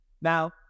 Now